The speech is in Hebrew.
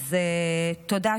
אז תודה,